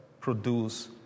produce